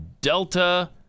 Delta